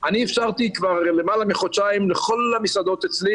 אני אפשרתי כבר למעלה מחודשיים לכל המסעדות אצלי,